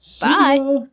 Bye